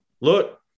look